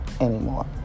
anymore